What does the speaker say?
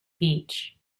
beach